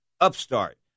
upstart